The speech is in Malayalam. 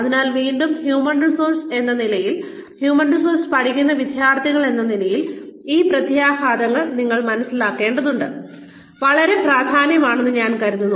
അതിനാൽ വീണ്ടും ഹ്യൂമൻ റിസോഴ്സ് എന്ന നിലയിൽ ഹ്യൂമൻ റിസോഴ്സ് പഠിക്കുന്ന വിദ്യാർത്ഥികൾ എന്ന നിലയിൽ ഈ പ്രത്യാഘാതങ്ങൾ നിങ്ങൾ മനസ്സിലാക്കേണ്ടത് വളരെ പ്രധാനമാണെന്ന് ഞാൻ കരുതുന്നു